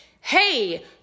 hey